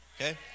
okay